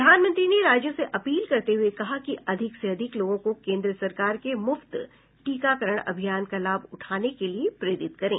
प्रधानमंत्री ने राज्यों से अपील करते हये कहा कि अधिक से अधिक लोगों को केन्द्र सरकार के मुफ्त टीकाकरण अभियान का लाभ उठाने के लिए प्रेरित करें